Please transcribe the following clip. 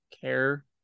care